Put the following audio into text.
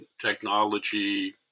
technology